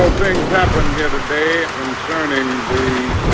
ah things happened here today concerning the